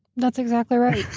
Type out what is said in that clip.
that's exactly right.